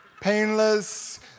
Painless